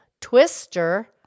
Twister